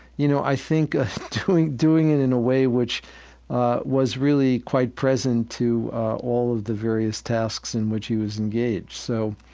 you know, i think doing doing it in a way which was really quite present to all of the various tasks in which he was engaged. so